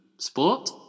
Sport